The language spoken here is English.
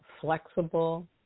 flexible